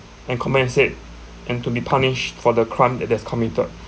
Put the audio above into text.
and compensate and to be punished for the crime that they have committed